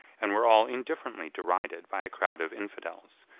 and were all indifferently devided by a crowd of infidels,